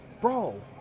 Bro